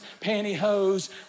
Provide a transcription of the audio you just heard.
pantyhose